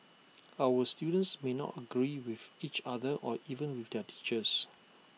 our students may not agree with each other or even with their teachers